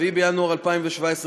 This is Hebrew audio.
4 בינואר 2017,